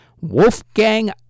Wolfgang